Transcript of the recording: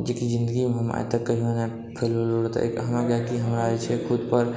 जेकि जिन्दगीमे हम आइ तक कहियो नहि फैल भेलहुॅं रहय तऽ हमरा जे छै खुद पर